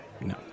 No